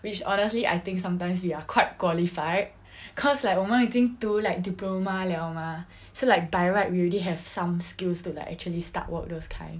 which honestly I think sometimes we are quite qualified cause like 我们已经读 like diploma liao mah so like by right we already have some skills to actually start work those kind